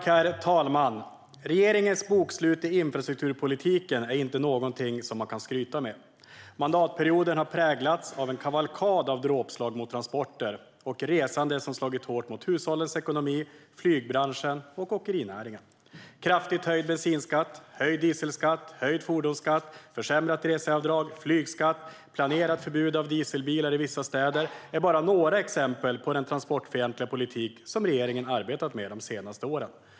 Herr talman! Regeringens bokslut i infrastrukturpolitiken är inget att skryta med. Mandatperioden har präglats av en kavalkad av dråpslag mot transporter och resande. Det har slagit hårt mot hushållens ekonomi, flygbranschen och åkerinäringen. Kraftigt höjd bensinskatt, höjd dieselskatt, höjd fordonsskatt, försämrat reseavdrag, flygskatt och planerat förbud av dieselbilar i vissa städer är bara några exempel på den transportfientliga politik som regeringen har arbetat med de senaste åren.